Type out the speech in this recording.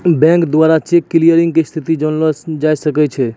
bank द्वारा cheque clearing के स्थिति के जानलो जाय सकै छै